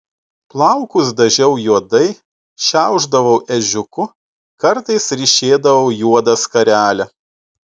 plaukus dažiau juodai šiaušdavau ežiuku kartais ryšėdavau juodą skarelę